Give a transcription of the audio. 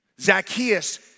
zacchaeus